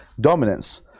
dominance